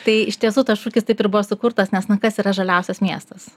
tai iš tiesų tas šūkis taip ir buvo sukurtas nes na kas yra žaliausias miestas